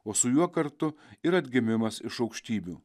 o su juo kartu ir atgimimas iš aukštybių